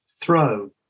throw